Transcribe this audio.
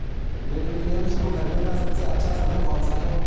Mediclaim शुरू करने का सबसे अच्छा समय कौनसा है?